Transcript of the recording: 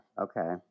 okay